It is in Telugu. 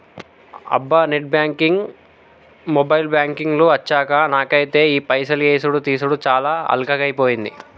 అబ్బా నెట్ బ్యాంకింగ్ మొబైల్ బ్యాంకింగ్ లు అచ్చాక నాకైతే ఈ పైసలు యేసుడు తీసాడు చాలా అల్కగైపోయింది